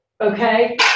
okay